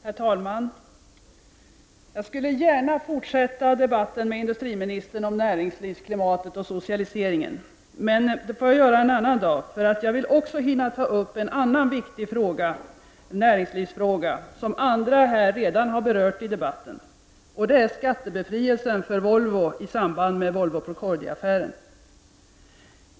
Herr talman! Jag skulle gärna fortsätta debatten med industriministern om näringslivsklimatet och socialiseringen, men det får jag göra en annan dag, eftersom jag också vill hinna ta upp en annan viktig näringslivsfråga, som andra här redan har berört i debatten, och det är skattebefrielsen för Volvo i samband med Volvo-Procordia-affären.